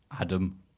Adam